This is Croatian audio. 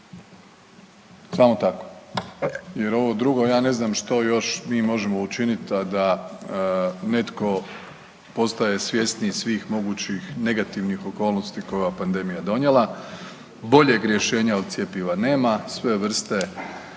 samo tako jer ovo drugo ja ne znam što još mi možemo učinit a da netko postaje svjesniji svih mogućih negativnih okolnosti koje je ova pandemija donijela, boljeg rješenja od cjepiva nema, sve vrste